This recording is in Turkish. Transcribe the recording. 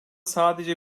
sadece